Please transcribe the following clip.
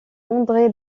andré